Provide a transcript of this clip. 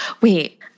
wait